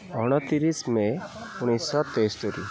ଅଣତିରିଶି ମେ ଉଣେଇଶିଶହ ତେସ୍ତରୀ